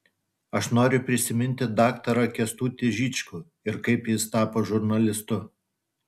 aš noriu prisiminti daktarą kęstutį žičkų ir kaip jis tapo žurnalistu